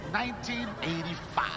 1985